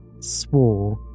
swore